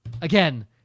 again